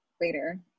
later